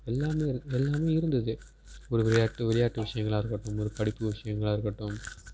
எல்லாமே இருக் எல்லாமே இருந்தது ஒரு விளையாட்டு விளையாட்டு விஷயங்களாக இருக்கட்டும் ஒரு படிப்பு விஷயங்களாக இருக்கட்டும்